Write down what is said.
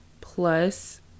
Plus